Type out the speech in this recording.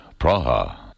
Praha